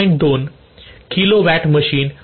२ kilowatt machine २